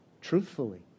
truthfully